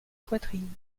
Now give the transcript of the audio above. poitrine